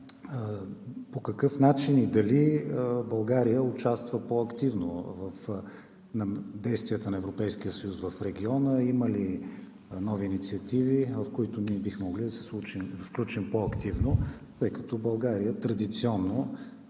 по какъв начин България участва по-активно в действията на Европейския съюз в региона, има ли нови инициативи, в които ние бихме могли да се включим по-активно, тъй като традиционно,